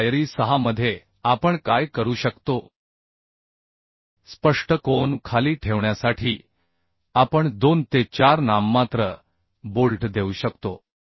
मग पायरी 6 मध्ये आपण काय करू शकतोस्पष्ट कोन खाली ठेवण्यासाठी आपण 2 ते 4 नाममात्र बोल्ट देऊ शकतो